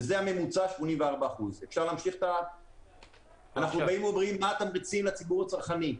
זה הממוצע 84%. מה התמריצים לציבור הצרכני?